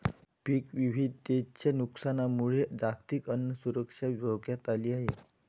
पीक विविधतेच्या नुकसानामुळे जागतिक अन्न सुरक्षा धोक्यात आली आहे